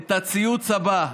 את הציוץ הבא: